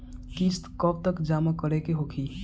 किस्त कब तक जमा करें के होखी?